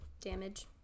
damage